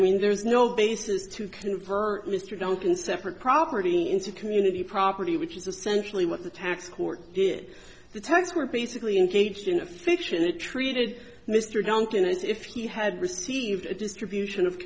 mean there's no basis to convert mr duncan separate property into community property which is essentially what the tax court did the terms were basically engaged in a fiction a treated mr duncan as if he had received a distribution of